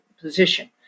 position